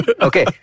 okay